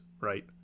right